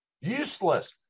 useless